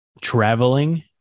traveling